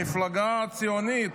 המפלגה הציונית,